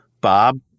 Bob